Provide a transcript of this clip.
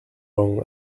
own